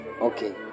Okay